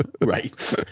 Right